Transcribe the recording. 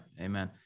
Amen